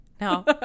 No